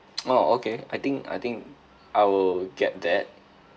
oh okay I think I think I will get that